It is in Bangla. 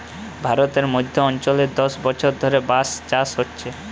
ভারতের মধ্য অঞ্চলে দশ বছর ধরে বাঁশ চাষ হচ্ছে